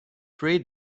three